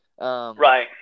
Right